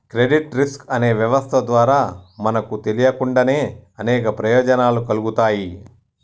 credit risk అనే వ్యవస్థ ద్వారా మనకు తెలియకుండానే అనేక ప్రయోజనాలు కల్గుతాయి